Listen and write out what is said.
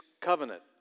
covenant